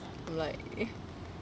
like